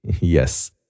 Yes